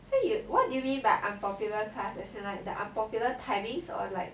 what do you mean by unpopular class as in like the unpopular timings or like